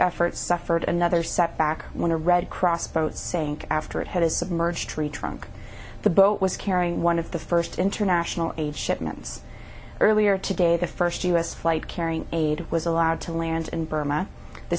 efforts suffered another setback when a red cross boat sank after it had a submerged tree trunk the boat was carrying one of the first international aid shipments earlier today the first u s flight carrying aid was allowed to land in burma the